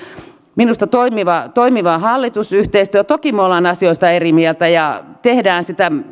minusta toimiva hallitusyhteistyö toki me olemme asioista eri mieltä ja